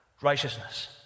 righteousness